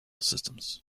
systems